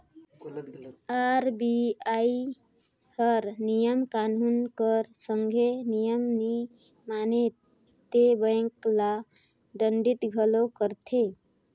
RBI हर नियम कानून कर संघे नियम नी माने ते बेंक ल दंडित घलो करथे